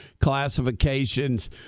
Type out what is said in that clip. classifications